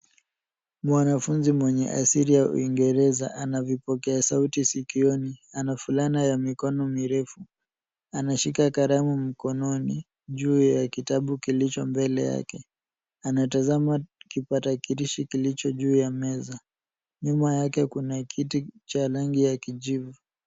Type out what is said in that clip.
Mwanafunzi mwenye asili ya uingereza ana vipokea sauti sikioni, ana fulana ya mikono mirefu. Anashika kalamu mkononi juu ya kitabu kilicho mbele yake. Anatazama kipakatalishi kilicho juu ya meza. Nyuma yake kuna kiti cha rangi kijivu.